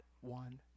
one